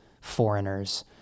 foreigners